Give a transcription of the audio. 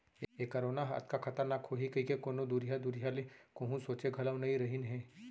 ए corona ह अतका खतरनाक होही कइको कोनों दुरिहा दुरिहा ले कोहूँ सोंचे घलौ नइ रहिन हें